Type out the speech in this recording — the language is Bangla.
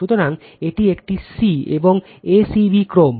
সুতরাং এটি একটি c এবং a c b ক্রম